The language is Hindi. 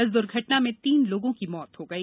इस दुर्घटना में तीन लोगों की मौत हो गई